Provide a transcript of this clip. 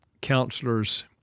counselors